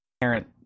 parent